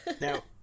now